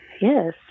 yes